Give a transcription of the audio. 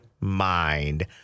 mind